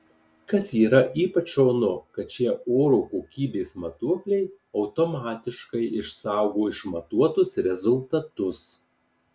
kas yra ypač šaunu kad šie oro kokybės matuokliai automatiškai išsaugo išmatuotus rezultatus